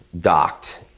docked